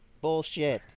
bullshit